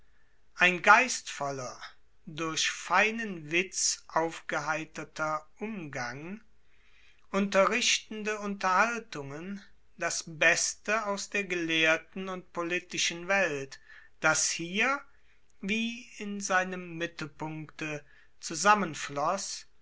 ein geistvoller durch feinen witz aufgeheiterter umgang unterrichtende unterhaltungen das beste aus der gelehrten und politischen welt das hier wie in seinem mittelpunkte zusammenfloß